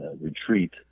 retreat